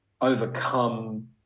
overcome